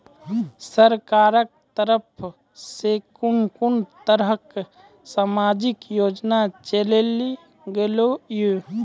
सरकारक तरफ सॅ कून कून तरहक समाजिक योजना चलेली गेलै ये?